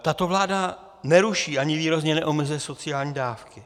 Tato vláda neruší ani výrazně neomezuje sociální dávky.